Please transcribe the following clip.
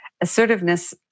assertiveness